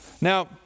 now